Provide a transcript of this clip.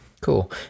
Cool